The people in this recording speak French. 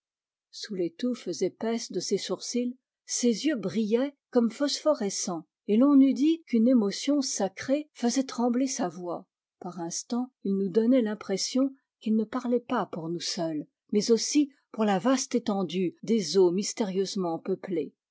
sous les touffes épaisses de ses sourcils ses yeux brillaient comme phosphorescents et l'on eût dit qu'une émotion sacrée faisait trembler sa voix par instants il nous donnait l'impression qu'il ne parlait pas pour nous seuls mais aussi pour la vaste étendue des eaux mystérieusement peuplées